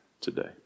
today